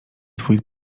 twój